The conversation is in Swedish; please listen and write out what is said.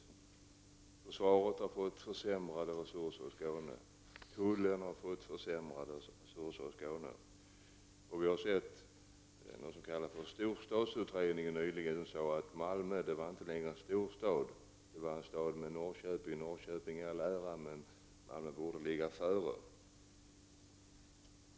Dessutom har försvaret fått kännas vid försämringar i form av mindre resurser för Skånes del. Tullen har också fått mindre resurser när det gäller Skåne. Av storstadsutredningen framkom nyligen att Malmö inte längre är en storstad utan en stad av Norrköpings storlek — Norrköping i all ära, men Malmö borde ligga före Norrköping.